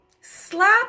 slap